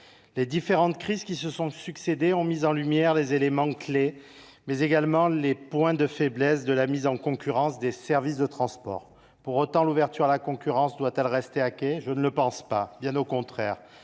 les différentes crises qui se sont succédé ont mis en lumière non seulement les éléments clés, mais également les points de faiblesse de la mise en concurrence des services de transport. Pour autant, l’ouverture à la concurrence doit elle rester à quai ? Je ne le pense pas. Bien au contraire,